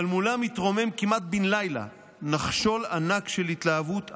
אבל מולם התרומם כמעט בין לילה נחשול ענק של התלהבות עממית,